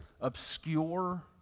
obscure